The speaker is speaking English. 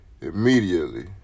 immediately